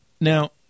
Now